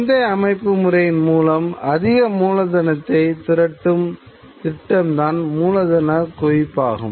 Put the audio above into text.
சந்தை அமைப்புமுறையின் மூலம் அதிக மூலதனதை திரட்டும் திட்டம்தான் மூலதனம் குவிப்பாகும்